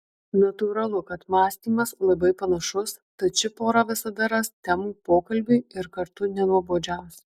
natūralu kad mąstymas labai panašus tad ši pora visada ras temų pokalbiui ir kartu nenuobodžiaus